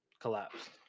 collapsed